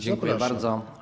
Dziękuję bardzo.